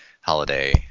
holiday